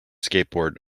skateboard